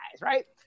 right